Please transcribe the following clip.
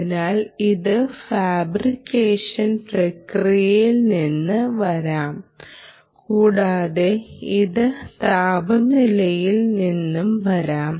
അതിനാൽ ഇത് ഫാബ്രിക്കേഷൻ പ്രക്രിയയിൽ നിന്ന് വരാം കൂടാതെ ഇത് താപനിലയിൽ നിന്നും വരാം